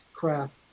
craft